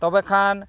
ᱛᱚᱵᱮ ᱠᱷᱟᱱ